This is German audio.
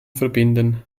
verbinden